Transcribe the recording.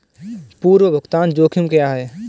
पूर्व भुगतान जोखिम क्या हैं?